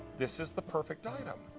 this is the perfect item.